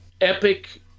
epic